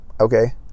okay